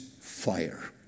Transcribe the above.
fire